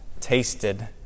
tasted